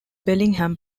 bellingham